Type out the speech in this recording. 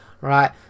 right